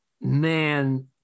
man